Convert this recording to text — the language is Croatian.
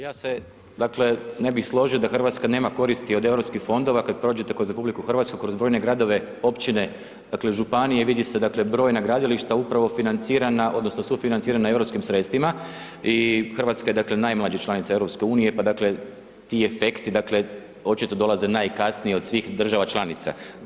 Ja se dakle ne bih složio da Hrvatska nema koristi od europskih fondova, kada prođete kroz RH, kroz brojne gradove, općine, županije dakle vide se brojna gradilišta upravo financirana, odnosno sufinancirana europskim sredstvima i Hrvatska je dakle najmlađa članica EU pa dakle ti efekti očito dolaze najkasnije od svih država članica.